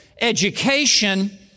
education